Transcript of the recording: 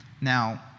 Now